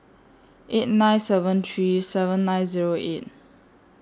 eight nine seven three seven nine Zero eight